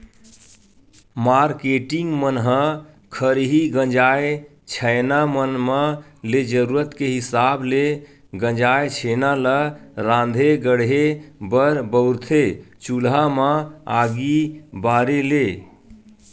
marketing मन ह खरही गंजाय छैना मन म ले जरुरत के हिसाब ले गंजाय छेना ल राँधे गढ़हे बर बउरथे चूल्हा म आगी बारे ले